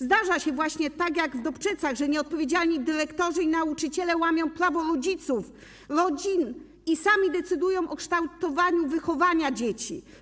Zdarza się właśnie tak jak w Dobczycach, że nieodpowiedzialni dyrektorzy i nauczyciele łamią prawo rodziców, rodzin, i sami decydują o kształtowaniu wychowania dzieci.